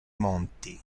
monti